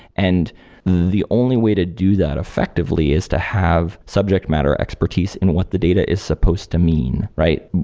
and the only way to do that effectively is to have subject matter expertise in what the data is supposed to mean, right?